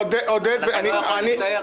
עודד וקרן.